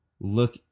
look